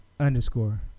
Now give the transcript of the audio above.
underscore